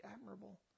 admirable